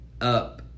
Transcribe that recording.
up